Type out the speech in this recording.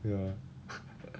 ya